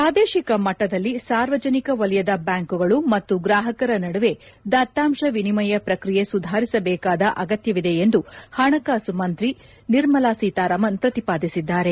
ಪ್ರಾದೇಶಿಕ ಮಟ್ಟದಲ್ಲಿ ಸಾರ್ವಜನಿಕ ವಲಯದ ಬ್ಯಾಂಕುಗಳು ಮತ್ತು ಗ್ರಾಹಕರ ನಡುವೆ ದತ್ತಾಂಶ ವಿನಿಮಯ ಪ್ರಕ್ರಿಯೆ ಸುಧಾರಿಸಬೇಕಾದ ಅಗತ್ಯವಿದೆ ಎಂದು ಹಣಕಾಸು ಮಂತ್ರಿ ನಿರ್ಮಲಾ ಸೀತಾರಾಮನ್ ಪ್ರತಿಪಾದಿಸಿದ್ದಾರೆ